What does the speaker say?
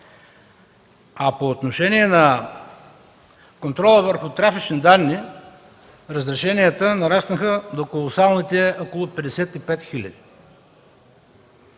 А по отношение на контрола върху трафични данни разрешенията нараснаха до колосалните около 55